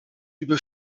über